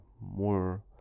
more